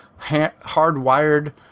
hardwired